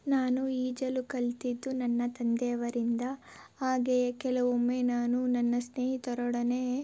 ನಾನು ಈಜಲು ಕಲ್ತಿದ್ದು ನನ್ನ ತಂದೆ ಅವರಿಂದ ಹಾಗೆಯೇ ಕೆಲವೊಮ್ಮೆ ನಾನು ನನ್ನ ಸ್ನೇಹಿತರೊಡನೆ